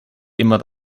immer